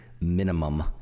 minimum